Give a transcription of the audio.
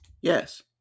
Yes